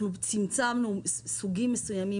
צמצמנו סוגים מסוימים,